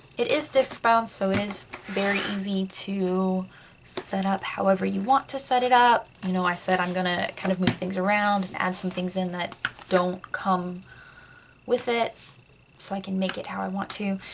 it is disc bound so it is very easy to set up however you want to set it up. i know i said i'm gonna kind of move things around and add some things in that don't come with it so i can make it how i want to.